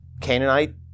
Canaanite